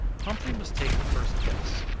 humphrey must take the first place.